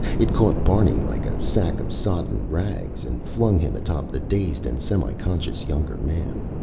it caught barney like a sack of sodden rags and flung him atop the dazed and semiconscious younger man.